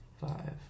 five